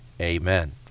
Amen